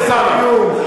חבר הכנסת אלסאנע.